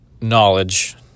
knowledge